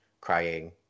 crying